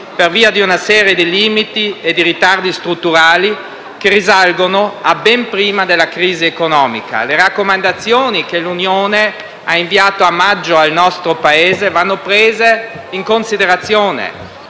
per via di una serie di limiti e di ritardi strutturali che risalgono a ben prima della crisi economica. Le raccomandazioni che l'Unione ha inviato a maggio al nostro Paese vanno prese in considerazione,